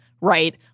right